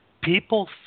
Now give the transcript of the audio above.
people